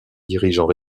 dirigeants